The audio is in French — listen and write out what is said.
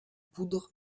poudre